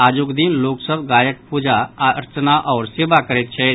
आजुक दिन लोक सभ गायक पूजा अर्चना आओर सेवा करैत छथि